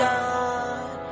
God